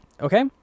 Okay